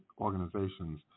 organizations